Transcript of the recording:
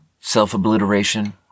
self-obliteration